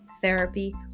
therapy